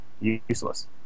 useless